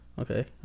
Okay